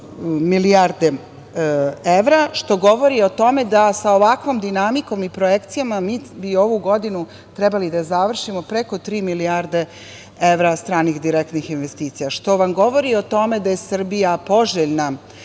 milijarde evra, što govori o tome da sa ovakvom dinamikom i projekcijama mi bi ovu godinu trebali da završimo preko tri milijarde evra stranih direktnih investicija, što vam govori o tome da je Srbija poželjna